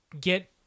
get